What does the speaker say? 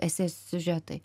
esė siužetai